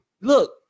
Look